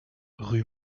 rue